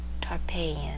Tarpeian